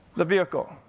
the vehicle,